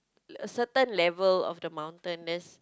certain level of the mountain there's